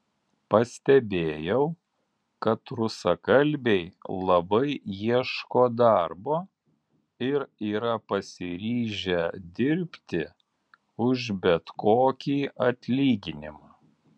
pastebėjau kad rusakalbiai labai ieško darbo ir yra pasiryžę dirbti už bet kokį atlyginimą